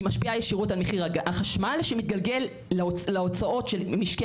היא משפיעה ישירות על מחיר החשמל שמתגלגל להוצאות של משקי